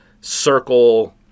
circle